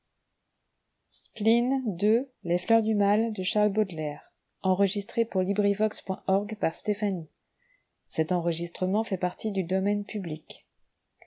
les fleurs du mal ne